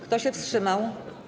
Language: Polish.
Kto się wstrzymał?